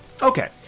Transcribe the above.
Okay